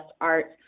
art